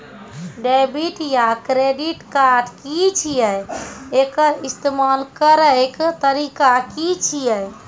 Debit या credit card की छियै? एकर इस्तेमाल करैक तरीका की छियै?